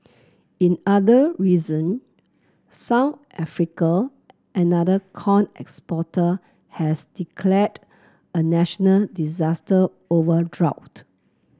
in other reason South Africa another corn exporter has declared a national disaster over drought